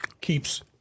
keeps